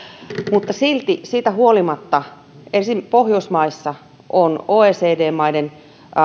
mutta siitä huolimatta pohjoismaissa on oecd maiden